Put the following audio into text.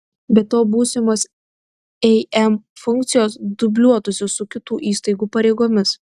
be to būsimos em funkcijos dubliuotųsi su kitų įstaigų pareigomis